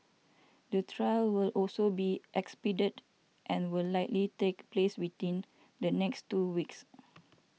the trial will also be expedited and will likely take place within the next two weeks